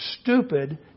Stupid